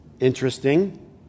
Interesting